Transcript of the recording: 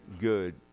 good